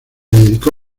dedicó